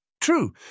True